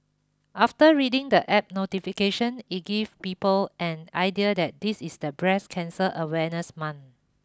after reading the App notification it give people an idea that this is the breast cancer awareness month